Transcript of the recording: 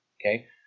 Okay